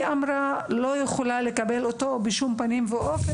אמרה שהיא לא יכולה לקבל אותו בשום פנים ואופן.